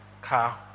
car